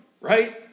right